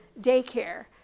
daycare